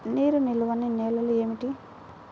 నీరు నిలువని నేలలు ఏమిటి?